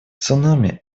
цунами